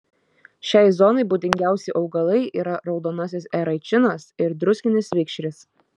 šiai zonai būdingiausi augalai yra raudonasis eraičinas ir druskinis vikšris